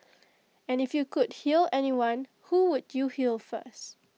and if you could heal anyone who would you heal first